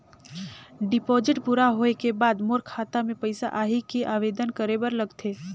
Deposit पूरा होय के बाद मोर खाता मे पइसा आही कि आवेदन करे बर लगथे?